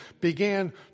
began